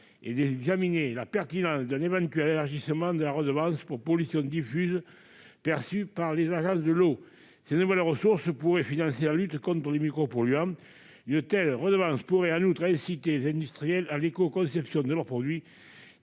et d'examiner la pertinence d'un éventuel élargissement de la redevance pour pollutions diffuses perçue par les agences de l'eau. Ces nouvelles ressources pourraient financer la lutte contre les micropolluants. Une telle redevance pourrait en outre inciter les industriels à une écoconception de leurs produits.